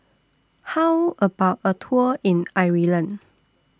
How about A Tour in Ireland